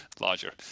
larger